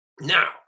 Now